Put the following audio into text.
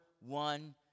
one